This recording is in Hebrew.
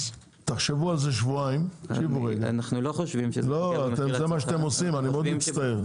תחשבו על זה שבועיים --- אנחנו לא חושבים שזה פוגע במחיר לצרכן.